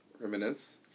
Reminisce